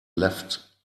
left